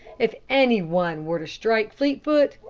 if any one were to strike fleetfoot,